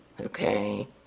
Okay